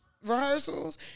rehearsals